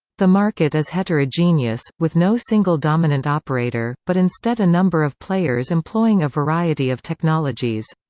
the market is heterogeneous, with no single dominant operator, but instead a number of players employing a variety of technologies.